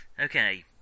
Okay